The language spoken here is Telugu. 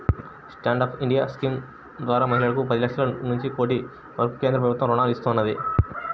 స్టాండ్ అప్ ఇండియా స్కీమ్ ద్వారా మహిళలకు పది లక్షల నుంచి కోటి వరకు కేంద్ర ప్రభుత్వం రుణాలను ఇస్తున్నది